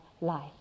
life